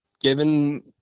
given